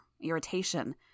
Irritation